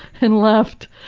and left.